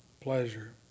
Pleasure